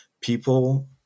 people